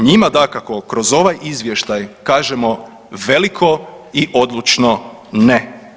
Njima dakako kroz ovaj Izvještaj kažemo veliko i odlučno ne.